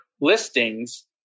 listings